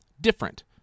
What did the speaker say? different